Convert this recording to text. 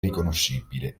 riconoscibile